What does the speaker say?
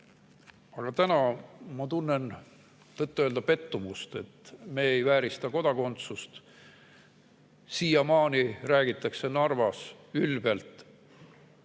Aga täna ma tunnen tõtt-öelda pettumust, et me ei väärista kodakondsust. Siiamaani räägitakse Narvas ülbelt